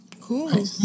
Cool